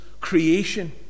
creation